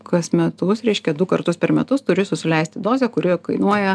kas metus reiškia du kartus per metus turi suleisti dozę kuri kainuoja